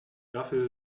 dafür